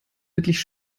wirklich